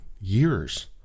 years